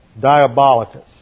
diabolicus